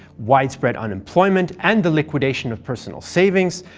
widespread unemployment, and the liquidation of personal savings,